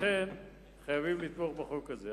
לכן חייבים לתמוך בחוק הזה.